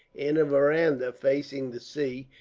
in a veranda facing the sea,